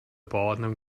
bauordnung